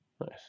nice